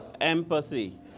empathy